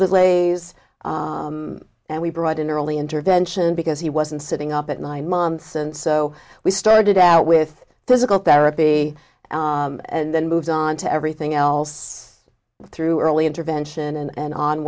delays and we brought in early intervention because he wasn't sitting up at nine months and so we started out with physical therapy and then moved on to everything else through early intervention and